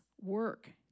work